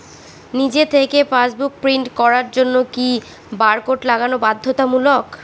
নিজে থেকে passbook print করার জন্য কি বারকোড লাগানো বাধ্যতামূলক?